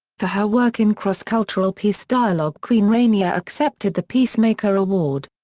for her work in cross-cultural peace dialogue queen rania accepted the peacemaker award.